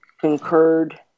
concurred